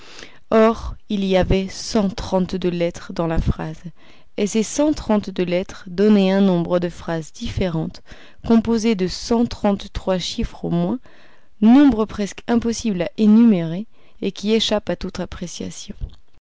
or il y avait cent trente-deux lettres dans la phrase et ces cent trente-deux lettres donnaient un nombre de phrases différentes composé de cent trente-trois chiffres au moins nombre presque impossible à énumérer et qui échappe à toute appréciation